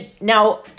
now